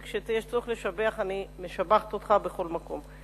וכשיש צורך לשבח אני משבחת אותך בכל מקום.